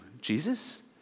Jesus